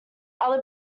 other